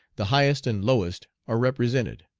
the highest and lowest are represented.